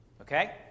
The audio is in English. Okay